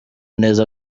neza